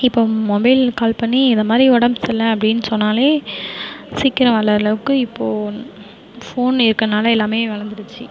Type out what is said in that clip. இப்போ mobile call பண்ணி இதை மாதிரி உடம் சரில அப்படின் சொன்னாலே சீக்கிரம் வள அளவுக்கு இப்போ ஃபோன் இருக்கனால எல்லாமே வளர்ந்துடுச்சி